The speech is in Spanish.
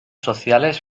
sociales